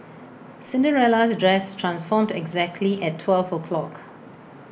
Cinderella's dress transformed exactly at twelve o' clock